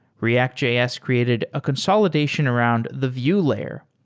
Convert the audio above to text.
react js created a consolidation around the vue layer.